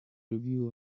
review